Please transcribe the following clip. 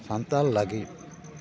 ᱥᱟᱱᱛᱟᱞ ᱞᱟᱹᱜᱤᱫ